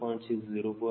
4 0